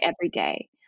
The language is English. everyday